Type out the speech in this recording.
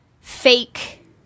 fake